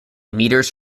metres